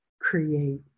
create